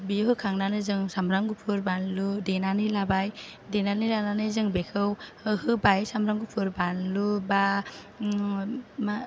बियो होखांनानै जों सामब्राम गुफुर बानलु देनानै लाबाय देनानै लानानै जों बेखौ होहोबाय सामब्राम गुफुर बानलु बा मा